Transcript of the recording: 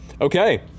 Okay